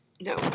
No